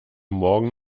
morgen